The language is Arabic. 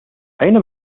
أين